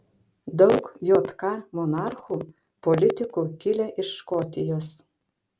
daug jk monarchų politikų kilę iš škotijos